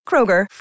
Kroger